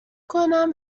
کنم